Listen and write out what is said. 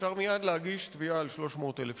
אפשר מייד להגיש תביעה על 300,000 שקל.